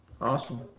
awesome